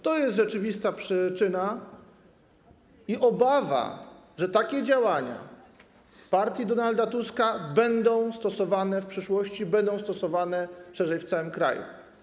To jest rzeczywista przyczyna i obawa, że takie działania partii Donalda Tuska będą stosowane w przyszłości, będą stosowane szerzej w całym kraju.